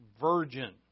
virgin